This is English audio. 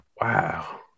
wow